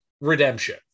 redemption